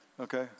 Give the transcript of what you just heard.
Okay